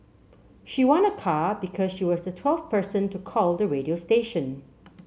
she won a car because she was the twelfth person to call the radio station